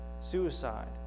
suicide